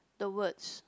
the words